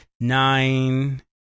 nine